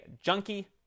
Junkie